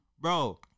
Bro